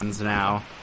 now